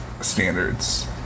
standards